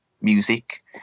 music